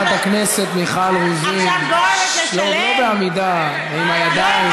חברת הכנסת מיכל רוזין, לא, לא בעמידה ועם הידיים.